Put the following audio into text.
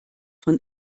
von